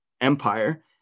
empire